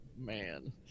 man